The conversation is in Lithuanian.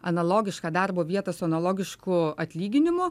analogišką darbo vietą su analogišku atlyginimu